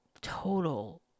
Total